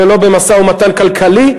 לא במשא ומתן-כלכלי,